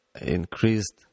increased